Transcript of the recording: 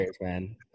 man